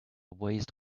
waste